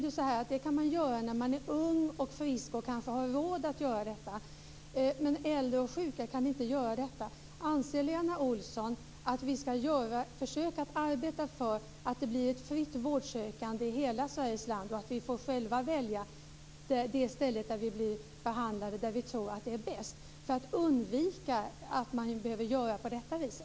Det kan man göra när man är ung och frisk och har råd att göra så. Men äldre och sjuka kan inte göra så. Anser Lena Olsson att vi skall försöka arbeta för att fritt kunna söka vård i hela Sveriges land och för att vi fritt skall kunna välja det ställe vi tror att vi bäst blir behandlade?